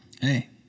Hey